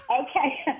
Okay